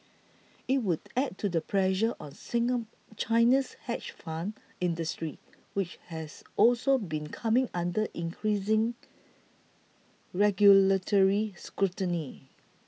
it would add to the pressure on China's hedge fund industry which has also been coming under increasing regulatory scrutiny